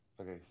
Okay